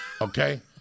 Okay